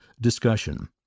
Discussion